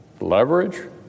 leverage